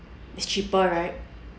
it's cheaper right